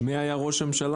מי היה אז ראש הממשלה?